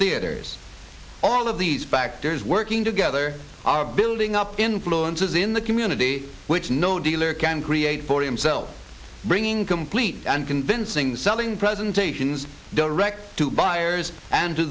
theaters all of these factors working together are building up influences in the community which no dealer can create for himself bringing complete and convincing selling presentations direct to buyers and